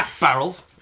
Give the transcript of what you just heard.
barrels